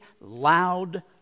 loud